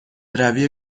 روی